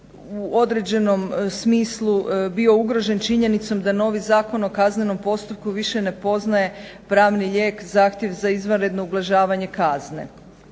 u određenom smislu bio ugrožen činjenicom da novi ZKP više ne poznaje pravni lijek zahtjev za izvanredno ublažavanje kazne.